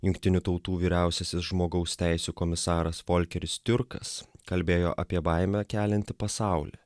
jungtinių tautų vyriausiasis žmogaus teisių komisaras volkeris tiurkas kalbėjo apie baimę keliantį pasaulį